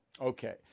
Okay